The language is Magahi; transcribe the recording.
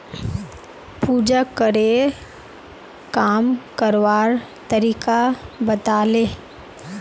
पूजाकरे काम करवार तरीका बताले